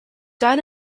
died